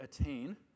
attain